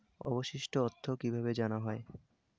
অবশিষ্ট অর্থ কিভাবে জানা হয়?